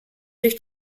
durch